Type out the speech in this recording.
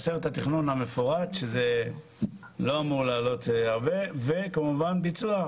חסר את התכנון המפורט שזה לא אמור לעלות הרבה וכמובן ביצוע,